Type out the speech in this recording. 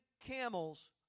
camels